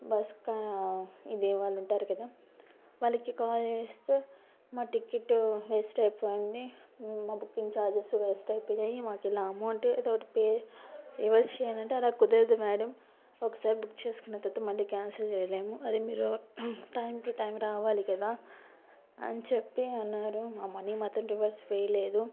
bus కా ఇదే వాళ్ళు ఉంటారు కదా వాళ్ళకి కాల్ చేస్తే మా టిక్కెట్టు వేస్ట్ అయిపోయింది మా బుకింగ్ ఛార్జెస్ వేస్ట్ అయిపోయాయి మాకు ఇలా అమౌంట్ ఏదోటి పే రివర్స్ చేయమంటే అలా కుదరదు మేడమ్ ఒకసారి బుక్ చేసుకున్న తర్వాత మళ్ళీ క్యాన్సిల్ చేయలేము అదే మీరు టైం టు టైం రావాలి కదా అని చెప్పి అన్నారు మా మనీ మాత్రం రివర్స్ వేయలేదు